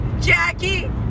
Jackie